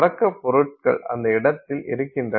தொடக்க பொருட்கள் அந்த இடத்தில் இருக்கின்றன